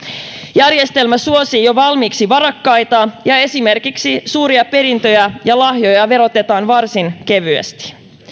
järjestelmä suosii jo valmiiksi varakkaita ja esimerkiksi suuria perintöjä ja lahjoja verotetaan varsin kevyesti